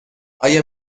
آیا